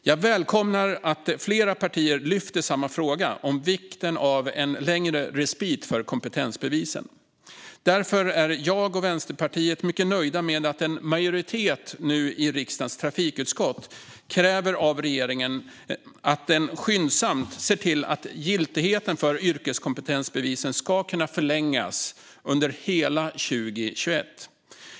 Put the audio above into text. Jag välkomnar att flera partier lyfter upp samma fråga, om vikten av en längre respit för kompetensbevisen. Därför är jag och Vänsterpartiet mycket nöjda med att en majoritet i riksdagens trafikutskott nu kräver av regeringen att den skyndsamt ska se till att giltigheten för yrkeskompetensbevisen kan förlängas under hela 2021.